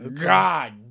God